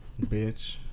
Bitch